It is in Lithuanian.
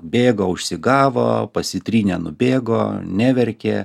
bėgo užsigavo pasitrynę nubėgo neverkė